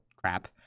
crap